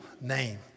name